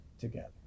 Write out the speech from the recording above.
together